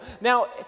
now